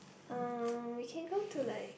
uh we can go to like